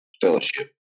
fellowship